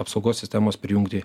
apsaugos sistemos prijungti